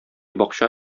бакча